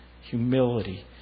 humility